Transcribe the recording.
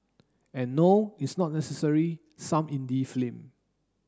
and no it's not necessarily some indie film